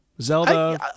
Zelda